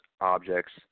objects